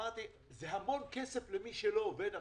אמרתי שזה המון כסף למי שלא עובד עכשיו.